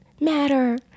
matter